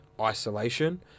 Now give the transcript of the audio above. isolation